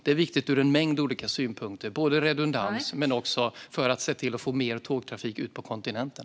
Det är viktigt ur en mängd olika synvinklar - både när det gäller redundans och för att se till att få mer tågtrafik ut på kontinenten.